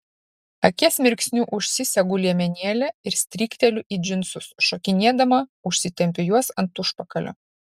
akies mirksniu užsisegu liemenėlę ir strykteliu į džinsus šokinėdama užsitempiu juos ant užpakalio